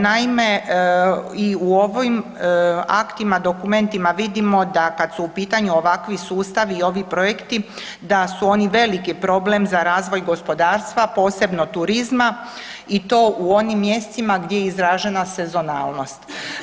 Naime, i u ovim aktima dokumentima vidimo da kad su u pitanju ovakvi sustavi i ovi projekti da su oni veliki problem za razvoj gospodarstva, posebno turizma i to u onim mjestima gdje je izražena sezonalnost.